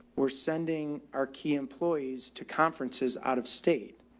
we're sending our key employees to conferences out of state.